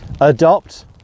adopt